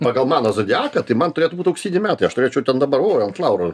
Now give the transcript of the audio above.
pagal mano zodiaką tai man turėtų būt auksiniai metai aš turėčiau ten dabar orą ant laurų